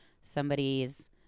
somebody's